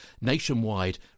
nationwide